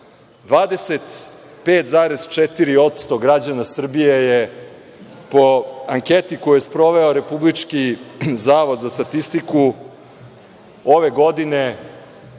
25,4% građana Srbije je po anketi koju je sproveo Republički zavod za statistiku ove godine